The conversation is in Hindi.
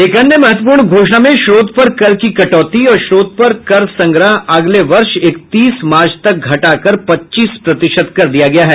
एक अन्य महत्वपूर्ण घोषणा में स्रोत पर कर की कटौती और स्रोत पर कर संग्रह अगले वर्ष इकतीस मार्च तक घटाकर पच्चीस प्रतिशत कर दिया गया है